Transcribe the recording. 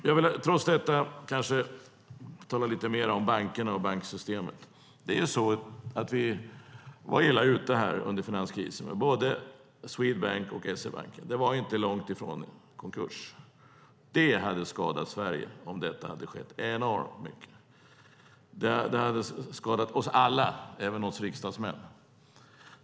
Jag vill även tala lite mer om bankerna och banksystemet. Vi var illa ute under finanskrisen. Det var inte långt ifrån konkurs för både Swedbank och SE-banken. Det hade skadat Sverige enormt mycket om det skett. Det hade skadat oss alla, även oss riksdagsmän.